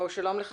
שלום.